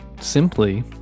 simply